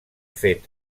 fet